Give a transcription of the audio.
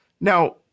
Now